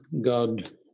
God